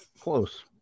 close